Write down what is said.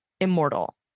immortal